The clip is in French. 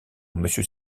monsieur